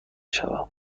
شوم